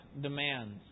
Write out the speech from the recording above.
demands